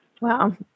Wow